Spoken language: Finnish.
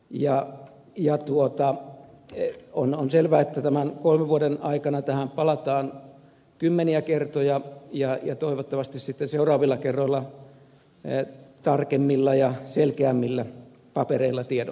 ja jos tuota ei kun on selvää että tämän kolmen vuoden aikana tähän palataan kymmeniä kertoja ja toivottavasti sitten seuraavilla kerroilla tarkemmilla ja selkeämmillä papereilla ja tiedoilla